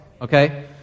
Okay